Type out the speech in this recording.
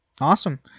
awesome